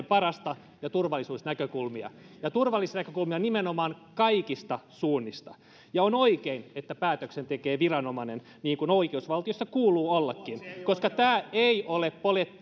parasta ja turvallisuusnäkökulmia ja turvallisuusnäkökulmia nimenomaan kaikista suunnista ja on oikein että päätöksen tekee viranomainen niin kuin oikeusvaltiossa kuuluu ollakin koska tämä ei ole